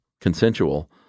consensual